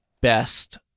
best